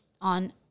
on